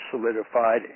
solidified